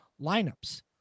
lineups